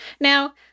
Now